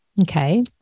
okay